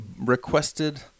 requested